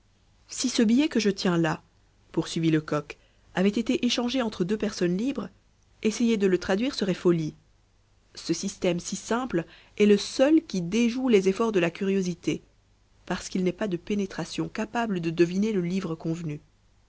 si ce billet que je tiens là poursuivit lecoq avait été échangé entre deux personnes libres essayer de la traduire serait folie ce système si simple est le seul qui déjoue les efforts de la curiosité parce qu'il n'est pas de pénétration capable de deviner le livre convenu